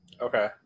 Okay